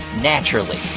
naturally